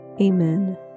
Amen